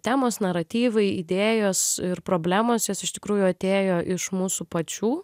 temos naratyvai idėjos ir problemos jos iš tikrųjų atėjo iš mūsų pačių